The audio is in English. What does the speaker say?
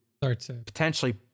potentially